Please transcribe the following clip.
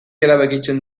erabakitzen